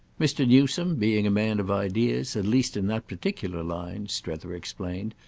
mr. newsome, being a man of ideas, at least in that particular line, strether explained,